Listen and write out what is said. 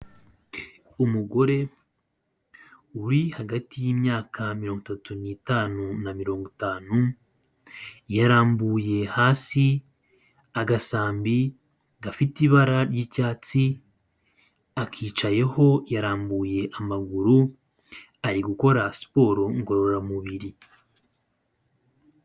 Umugore uri hagati y'imyaka mirongo itatu n'itanu na mirongo itanu, yarambuye hasi agasambi gafite ibara ry'icyatsi akicayeho yarambuye amaguru ari gukora siporo ngororamubiri.